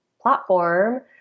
platform